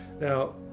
Now